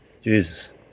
Jesus